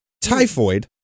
typhoid